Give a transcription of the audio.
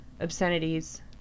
obscenities